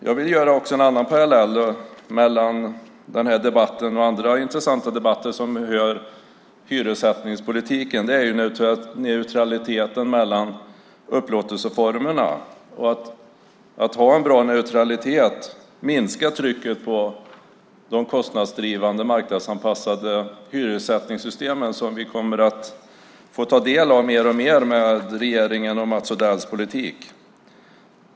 Jag vill också dra en annan parallell mellan den här debatten och andra intressanta debatter som rör hyressättningspolitiken. Det gäller neutraliteten mellan upplåtelseformerna. Att ha en bra neutralitet minskar trycket på de kostnadsdrivande marknadsanpassade hyressättningssystemen som vi kommer att få ta del av mer och mer med regeringens och Mats Odells politik.